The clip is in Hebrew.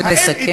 נא לסכם.